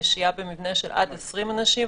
שהייה במבנה של עד 20 אנשים,